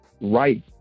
right